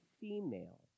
female